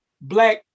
black